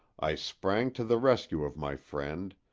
i sprang to the rescue of my friend,